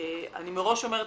אני מראש אומרת,